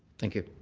thank you.